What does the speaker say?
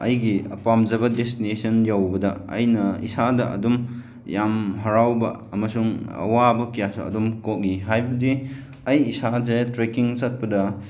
ꯑꯩꯒꯤ ꯄꯥꯝꯖꯕ ꯗꯦꯁꯇꯤꯅꯦꯁꯟ ꯌꯧꯕꯗ ꯑꯩꯅ ꯏꯁꯥꯗ ꯑꯗꯨꯝ ꯌꯥꯝ ꯍꯔꯥꯎꯕ ꯑꯃꯁꯨꯡ ꯑꯋꯥꯕ ꯀꯌꯥꯁꯨ ꯑꯗꯨꯝ ꯀꯣꯛꯏ ꯍꯥꯏꯕꯗꯤ ꯑꯩ ꯏꯁꯥꯁꯦ ꯇ꯭ꯔꯦꯛꯀꯤꯡ ꯆꯠꯄꯗ